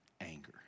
anger